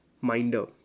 minder